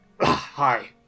hi